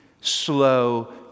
slow